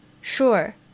sure